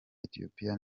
ethiopie